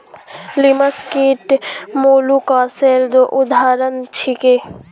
लिमस कीट मौलुसकासेर उदाहरण छीके